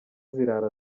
zirara